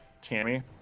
Tammy